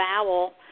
vowel